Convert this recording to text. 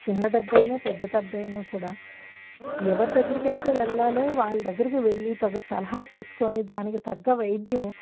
చిన్న దెబ్బ అయినా పెద్ద దెబ్బ అయినా కూడా ఎవరి దగ్గరికి అయితే వెళ్ళాలో వాళ్ళ దగ్గరికి వెళ్లి తగు సలహా తీసుకొని దానికి తగ్గ వైద్యం